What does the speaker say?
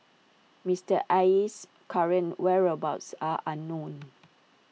Mister Aye's current whereabouts are unknown